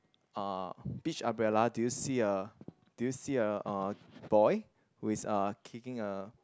uh beach umbrella do you see a do you see a uh boy who's uh kicking a